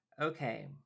Okay